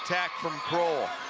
attackfrom kroll.